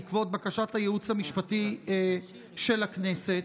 בעקבות בקשת הייעוץ המשפטי של הכנסת,